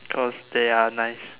cause they are nice